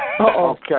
Okay